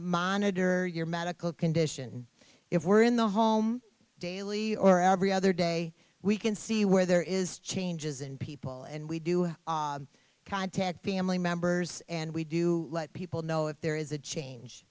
monitor your medical condition if we're in the home daily or every other day we can see where there is changes in people and we do contact family members and we do let people know if there is a change